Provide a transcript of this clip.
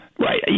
Right